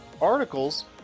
articles